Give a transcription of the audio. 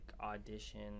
audition